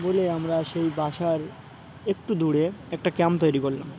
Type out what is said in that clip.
বলে আমরা সেই বাসার একটু দূরে একটা ক্যাম্প তৈরি করলাম